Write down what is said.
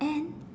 and